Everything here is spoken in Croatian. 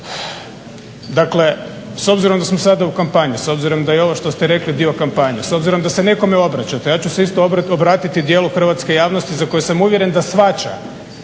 dakle s obzirom da smo sada u kampanji, s obzirom da je i ovo što ste rekli dio kampanje, s obzirom da se nekome obraćate, ja ću se isto obratiti dijelu hrvatske javnosti za koji sam uvjeren da shvaća